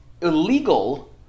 illegal